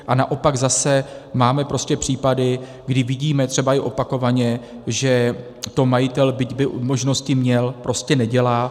A naopak zase máme případy, kdy vidíme třeba i opakovaně, že to majitel, byť by i možnosti měl, prostě nedělá.